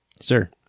sir